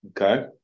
okay